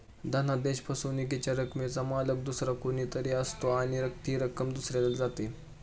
धनादेश फसवणुकीच्या रकमेचा मालक दुसरा कोणी तरी असतो आणि ती रक्कम दुसऱ्याला जाते